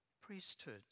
priesthood